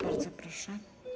Bardzo proszę.